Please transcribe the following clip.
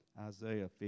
Isaiah